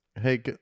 Hey